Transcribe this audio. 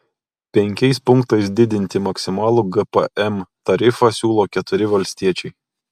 penkiais punktais didinti maksimalų gpm tarifą siūlo keturi valstiečiai